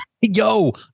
Yo